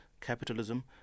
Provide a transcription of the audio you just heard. capitalism